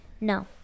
no